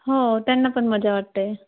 हो त्यांना पण मजा वाटते